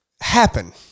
happen